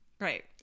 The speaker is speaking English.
right